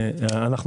26,000. אם